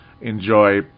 enjoy